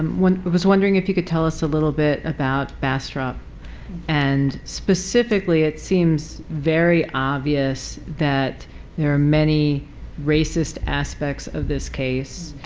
was wondering if you could tell us a little bit about bastrop and specifically, it seems very obvious that there are many racist aspects of this case.